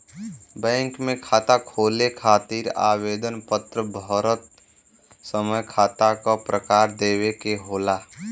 bank में खाता खोले खातिर आवेदन पत्र भरत समय खाता क प्रकार देवे के होला